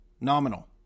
nominal